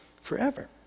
forever